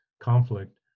conflict